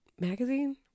magazine